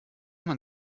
man